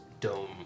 dome